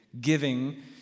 giving